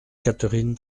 catherine